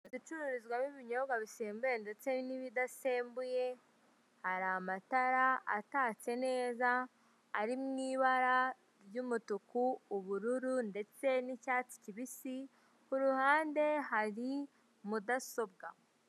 Inzu icururizwamo ibinyobwa bisembuye ndetse n'ibidasembuye, hari amatara atatse neza, ari mu ibara ry'umutuku, ubururu ndetse n'icyatsi kibisi, kuruhande hari mudasobwa.